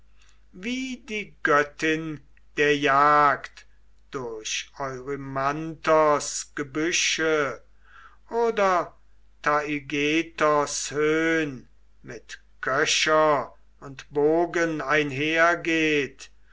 wie die göttin der jagd durch erymanthos gebüsche oder taygetos höhn mit köcher und bogen einhergeht